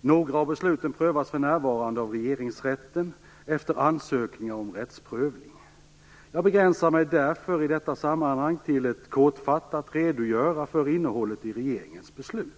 Några av besluten prövas för närvarande av regeringsrätten efter ansökningar om rättsprövning. Jag begränsar mig därför i detta sammanhang till att kortfattat redogöra för innehållet i regeringens beslut.